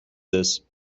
this